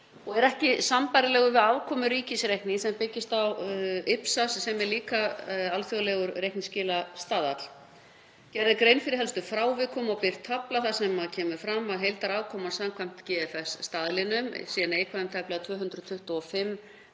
og er ekki sambærilegur við afkomu ríkisreiknings sem byggist á IPSAS, sem er líka alþjóðlegur reikningsskilastaðall. Gerð er grein fyrir helstu frávikum og birt tafla þar sem kemur fram að heildarafkoman samkvæmt GFS-staðlinum sé neikvæð um tæplega 225